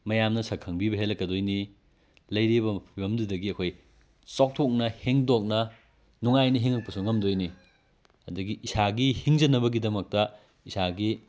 ꯃꯌꯥꯝꯅ ꯁꯛ ꯈꯪꯕꯤꯕ ꯍꯦꯜꯂꯛꯀꯗꯣꯏꯅꯤ ꯂꯩꯔꯤꯕ ꯐꯤꯕꯝꯗꯨꯗꯒꯤ ꯑꯩꯈꯣꯏ ꯆꯥꯎꯊꯣꯛꯅ ꯍꯦꯟꯗꯣꯛꯅ ꯅꯨꯡꯉꯥꯏꯅ ꯍꯤꯡꯉꯛꯄꯁꯨ ꯉꯝꯗꯣꯏꯅꯤ ꯑꯗꯨꯗꯒꯤ ꯏꯁꯥꯒꯤ ꯍꯤꯡꯖꯅꯕꯒꯤꯗꯃꯛꯇ ꯏꯁꯥꯒꯤ